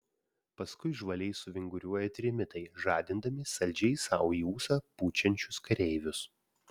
paskui žvaliai suvinguriuoja trimitai žadindami saldžiai sau į ūsą pučiančius kareivius